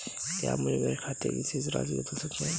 आप मुझे मेरे खाते की शेष राशि बता सकते हैं?